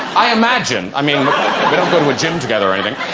i imagine i mean we're gym together anything